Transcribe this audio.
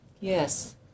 Yes